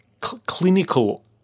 clinical